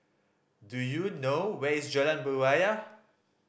do you know where is Jalan Berjaya